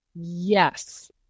Yes